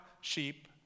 sheep